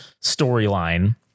storyline